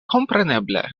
kompreneble